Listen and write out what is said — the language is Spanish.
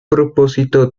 propósito